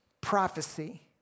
Prophecy